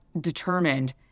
determined